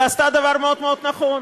ועשתה דבר מאוד מאוד נכון: